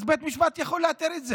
בית המשפט יכול להתיר את זה,